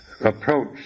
approach